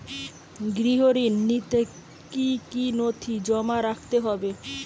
গৃহ ঋণ নিতে কি কি নথি জমা রাখতে হবে?